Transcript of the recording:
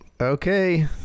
Okay